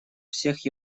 всех